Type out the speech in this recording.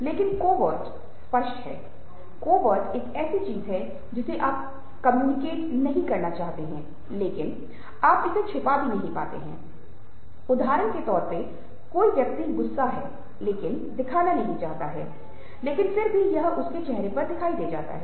लेकिन कोवर्ट स्पष्ट है कोवर्ट एक ऐसी चीज है जिसे आप कम्युनिकेशननहीं करना चाहते हैं लेकिन आप इसे छुपा भी नहीं पाते उदहारण के तौर पे कोई व्यक्ति गुस्सा है लेकिन दिखाना नहीं चाहता हैलेकिन फिर भी यह उसके चेहरे पर दिखाई दे जाता है